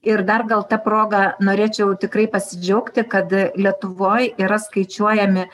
ir dar gal ta proga norėčiau tikrai pasidžiaugti kad lietuvoj yra skaičiuojami